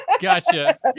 Gotcha